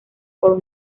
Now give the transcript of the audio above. por